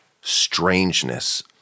strangeness